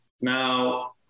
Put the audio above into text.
Now